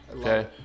Okay